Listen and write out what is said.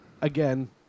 again